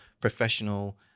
professional